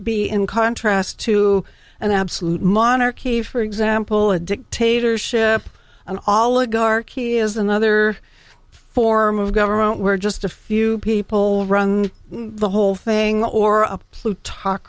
be in contrast to an absolute monarchy for example a dictatorship an oligarchy is another form of government where just a few people run the whole thing or a plu